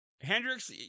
hendrix